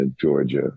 Georgia